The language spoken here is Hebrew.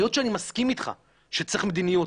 היות שאני מסכים אתך שצריך מדיניות,